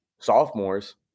sophomores